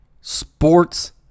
Sports